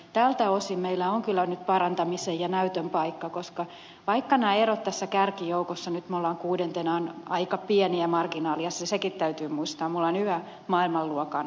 tältä osin meillä on kyllä nyt parantamisen ja näytön paikka vaikka nämä erot tässä kärkijoukossa nyt me olemme kuudentena ovat aika pientä marginaalia ja sekin täytyy muistaa että me olemme yhä maailmanluokan huippumaita